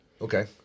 Okay